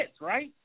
right